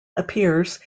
appears